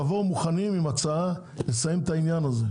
תבואו מוכנים עם הצעה לסיים את העניין הזה.